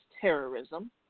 Terrorism